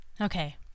Okay